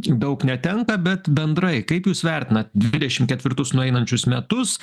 daug netenka bet bendrai kaip jūs vertinat dvidešim ketvirtus nueinančius metus